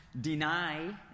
deny